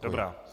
Dobrá.